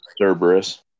Cerberus